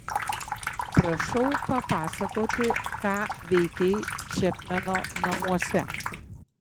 prašau papasakoti ką veikei čepmeno namuose